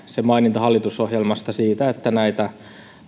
se maininta hallitusohjelmassa siitä että näitä